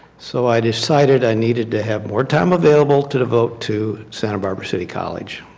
so i decided i needed to have more time available to devote to santa barbara city college.